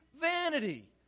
vanity